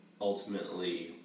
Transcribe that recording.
ultimately